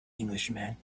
englishman